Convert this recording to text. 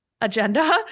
agenda